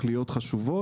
תכליות חשובות.